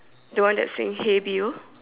the one that saying hey bill